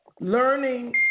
learning